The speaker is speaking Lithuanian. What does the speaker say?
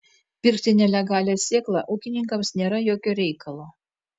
pirkti nelegalią sėklą ūkininkams nėra jokio reikalo